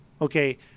Okay